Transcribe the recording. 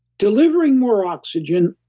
delivering more oxygen,